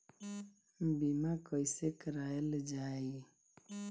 बीमा कैसे कराएल जाइ?